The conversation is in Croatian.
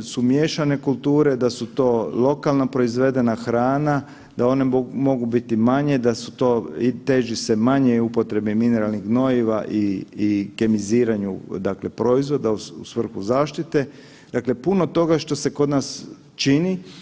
su miješane kulture, da su to lokalna proizvedena hrana, da one mogu bit i manje, da su to, i teži se manje upotrebi mineralnih gnojiva i, i kemiziranju, dakle proizvoda u svrhu zaštite, dakle, puno toga što se kod nas čini.